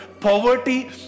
poverty